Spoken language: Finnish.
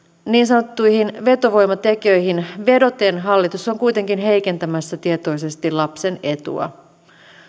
niin sanottuihin vetovoimatekijöihin vedoten hallitus on kuitenkin heikentämässä tietoisesti lapsen etua